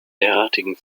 derartigen